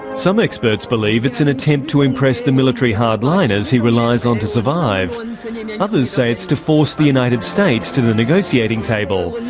some experts believe it's an attempt to impress the military hardliners he relies on to survive. others say it's to force the united states to the negotiating table.